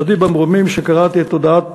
סהדי במרומים שקראתי את הודעת